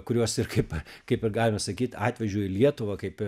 kuriuos ir kaip kaip ir galima sakyt atvežiau į lietuvą kaip